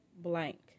blank